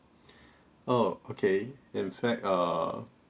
oh okay in fact uh